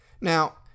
Now